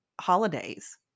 holidays